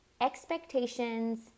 expectations